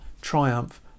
triumph